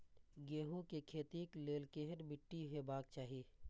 गेहूं के खेतीक लेल केहन मीट्टी हेबाक चाही?